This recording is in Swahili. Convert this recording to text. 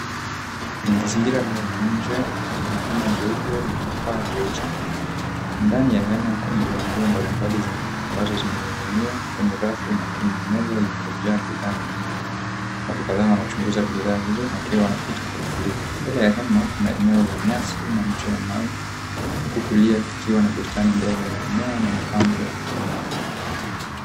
Mazingira haya ya nje yana hema jeupe lenye paa jeusi. Ndani ya hema kuna nguo mbalimbali ambazo zimening'iniwa kwenye rafu na kuna meza iliojaa bidhaa nyingine. Watu kadhaa wanachunguza bidhaa hizo wakiwa wanapita kwa utulivu. Mbele ya hema kuna eneo la nyasi na ncha ya mawe huku kulia kikiwa na bustani ndogo yenye mimea na mapambo ya mawe.